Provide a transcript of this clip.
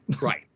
Right